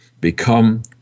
become